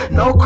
no